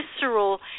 visceral